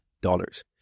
dollars